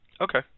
Okay